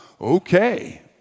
okay